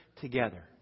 together